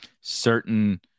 certain